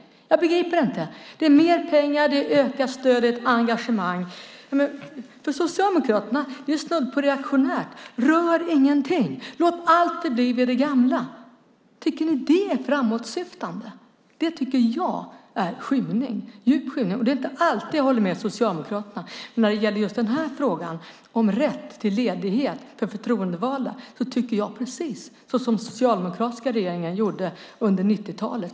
Jag begriper inte! Det är mer pengar. Det är ökat stöd och engagemang. Socialdemokraterna är snudd på reaktionära. Rör ingenting! Låt allt förbli vid det gamla! Tycker ni att det är framåtsyftande? Jag tycker att det är djup skymning. Det är inte alltid jag håller med Socialdemokraterna. Men när det gäller frågan om rätt till ledighet för förtroendevalda tycker jag precis som socialdemokratiska regeringar gjorde under 90-talet.